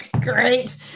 great